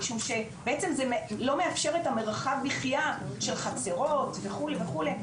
משום שבעצם זה לא מאפשר את המרחב מחייה של חצרות וכו' וכו',